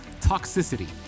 toxicity